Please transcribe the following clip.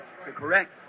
Correct